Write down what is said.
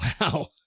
wow